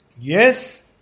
Yes